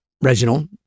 Reginald